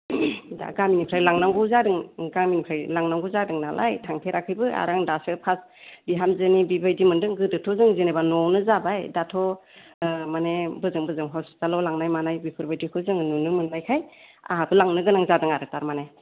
दा गामिनिफ्राय लांनांगौ जादों गामिनिफ्राय लांनांगौबो जादों नालाय थांफेराखैबो आरो दासो फार्स्ट बिहामजोंनि बिबायदि मोन्दों गोदोथ' जों जेनेबा न'आवनो जाबाय दाथ' माने बोजों बोजों हस्पिटालाव लांनाय मानाय बेफोरखौ जोङो नुनो मोननायखाय आंहाबो लांनो गोनां जादों आरो थारमाने